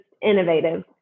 innovative